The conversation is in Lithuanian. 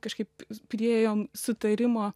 kažkaip priėjom sutarimo